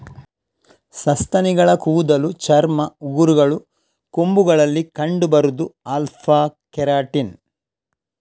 ಸಸ್ತನಿಗಳ ಕೂದಲು, ಚರ್ಮ, ಉಗುರುಗಳು, ಕೊಂಬುಗಳಲ್ಲಿ ಕಂಡು ಬರುದು ಆಲ್ಫಾ ಕೆರಾಟಿನ್